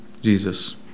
Jesus